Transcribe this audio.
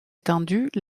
étendues